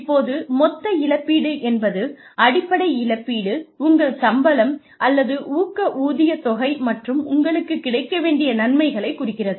இப்போது மொத்த இழப்பீடு என்பது அடிப்படை இழப்பீடு உங்கள் சம்பளம் அல்லது ஊக்க ஊதியத்தொகை மற்றும் உங்களுக்கு கிடைக்க வேண்டிய நன்மைகளைக் குறிக்கிறது